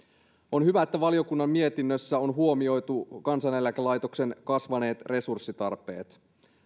on hyvä että valiokunnan mietinnössä on huomioitu kansaneläkelaitoksen kasvaneet resurssitarpeet